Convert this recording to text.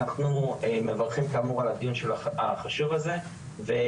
אנחנו מברכים כאמור על הדיון החשוב הזה וקוראים